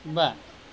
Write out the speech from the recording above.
बा